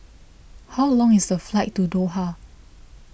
how long is the flight to Doha